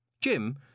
Jim